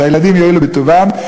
שהילדים יואילו בטובם,